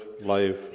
life